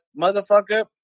motherfucker